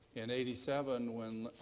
in eighty seven when